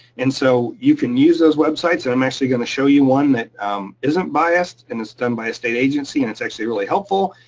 and so you can use those websites, and i'm actually gonna show you one that isn't biased and is done by a state agency and it's actually really helpful.